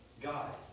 God